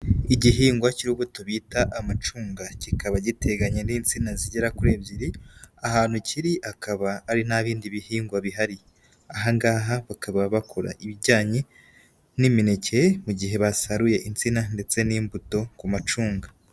Igihingwa cy'urubuto bita amacunga, kikaba giteganye n'insina zigera kuri ebyiri, ahantu kiri akaba ari n'ibindi bihingwa bihari. Aha ngaha bakaba bakora ibijyanye n'imineke mu gihe basaruye insina ndetse n'imbuto ku macunga.